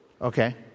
Okay